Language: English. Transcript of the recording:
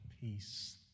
peace